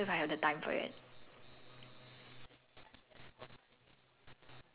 no I want to bring my mother but like the thing is it's very expensive and like I don't know if I have the time for it